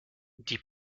die